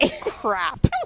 crap